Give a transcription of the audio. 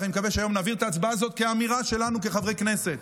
אני מקווה שהיום נעביר את ההצבעה הזאת כאמירה שלנו כחברי כנסת.